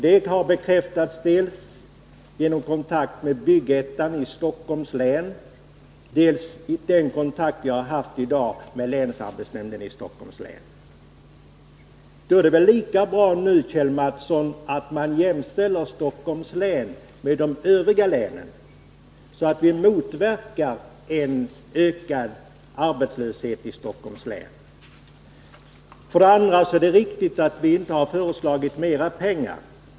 Det har bekräftats dels genom kontakt med Bygg-Ettan, dels vid den kontakt jag har haft med Länsarbetsnämnden i Stockholms län. Då är det väl lika bra, Kjell Mattsson, att jämställa Stockholms län med de övriga länen, så att vi inte medverkar till en ökad arbetslöshet i Stockholms län. Det är riktigt att vi inte har föreslagit mera pengar.